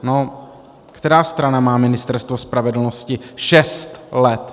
No která strana má Ministerstvo spravedlnosti šest let?